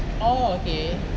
oh okay